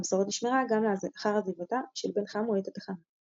המסורת נשמרה גם לאחר עזיבתה של בן חמו את התחנה.